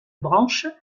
branche